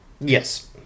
Yes